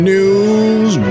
News